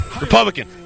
Republican